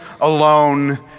alone